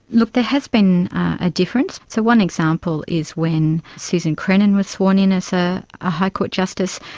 look, there has been a difference. so one example is when susan crennan was sworn in as ah a high court justice.